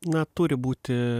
na turi būti